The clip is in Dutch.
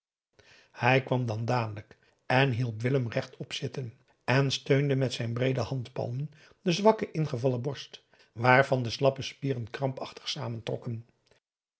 hij kwam dan dadelijk en hielp willem rechtop zitten en steunde met zijn breede handpalmen de zwakke ingevallen borst waarvan de slappe spieren krampachtig